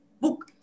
book